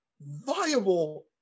viable